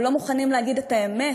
אבל לא מוכנים להגיד את האמת,